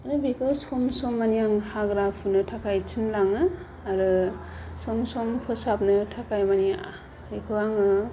माने बेखौ सम सम माने आं हाग्रा फुनो थाखाय थिनलाङो आरो सम सम फोसाबनो थाखाय माने बेखौ आङो